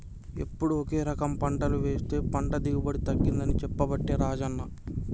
ఎప్పుడు ఒకే రకం పంటలు వేస్తె పంట దిగుబడి తగ్గింది అని చెప్పబట్టే రాజన్న